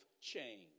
change